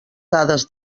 dades